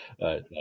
right